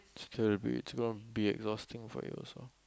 it's going to be it's going to be exhausting for you also